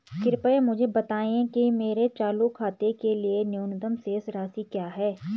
कृपया मुझे बताएं कि मेरे चालू खाते के लिए न्यूनतम शेष राशि क्या है?